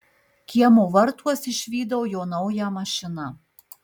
kiemo vartuos išvydau jo naują mašiną